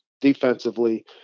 Defensively